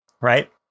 right